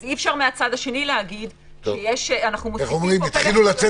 אי אפשר מהצד השני- -- התחילו לצאת